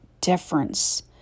difference